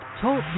TALK